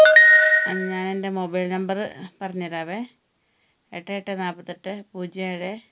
ആ ഞാൻ എൻ്റെ മൊബൈൽ നമ്പറ് പറഞ്ഞ് തരാവേ എട്ട് എട്ട് നാൽപത്തി എട്ട് പൂജ്യം ഏഴ്